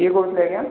କିଏ କହୁଥିଲେ ଆଜ୍ଞା